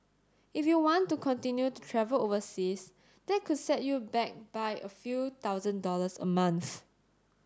if you want to continue to travel overseas that could set you back by a few thousand dollars a month